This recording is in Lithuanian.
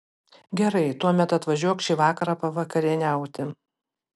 gerai tuomet atvažiuok šį vakarą pavakarieniauti